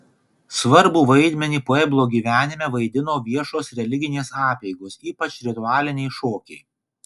svarbų vaidmenį pueblo gyvenime vaidino viešos religinės apeigos ypač ritualiniai šokiai